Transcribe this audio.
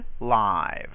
live